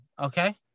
Okay